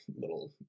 little